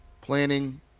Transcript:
planning